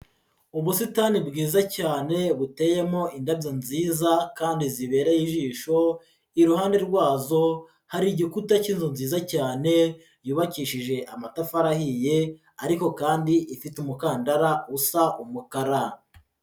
Ubusitani bwiza cyane buteyemo indabyo nziza kandi zibereye ijisho, iruhande rwazo hari igikuta cy'inzu nziza cyane yubakishije amatafari ahiye, ariko kandi ifite umukandara usa umukara.